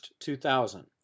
2000